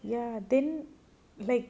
ya then like